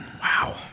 Wow